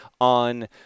on